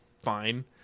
fine